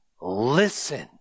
listen